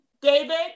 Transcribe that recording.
David